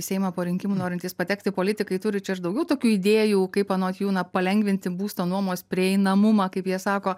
į seimą po rinkimų norintys patekti politikai turi čia ir daugiau tokų idėjų kaip anot jų na palengvinti būsto nuomos prieinamumą kaip jie sako